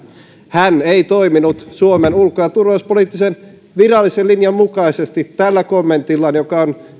hän ei toiminut suomen ulko ja turvallisuuspoliittisen virallisen linjan mukaisesti tällä kommentillaan joka on